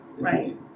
Right